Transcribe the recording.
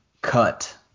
cut